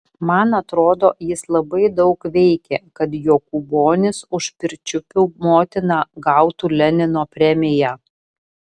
man atrodo jis labai daug veikė kad jokūbonis už pirčiupių motiną gautų lenino premiją